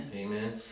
Amen